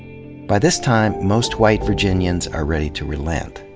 by this time, most white virginians are ready to relent.